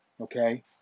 okay